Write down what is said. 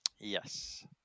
Yes